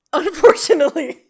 unfortunately